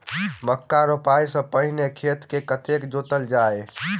मक्का रोपाइ सँ पहिने खेत केँ कतेक जोतल जाए?